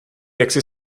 jaksi